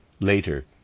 Later